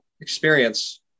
experience